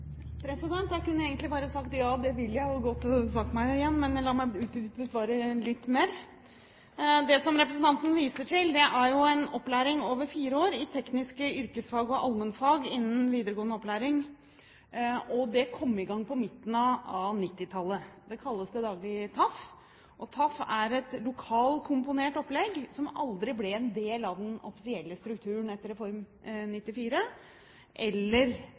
Jeg kunne egentlig bare sagt ja, det vil jeg, og gått og satt meg igjen, men la meg utdype svaret litt mer. Det som representanten viser til, er jo en opplæring over fire år i tekniske yrkesfag og allmennfag innen videregående opplæring. Det kom i gang på midten av 1990-tallet. Det kalles til daglig TAF. TAF er et lokalkomponert opplegg som aldri ble en del av den offisielle strukturen etter Reform 94 eller